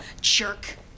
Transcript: Jerk